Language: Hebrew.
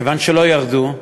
מכיוון שלא ירדו,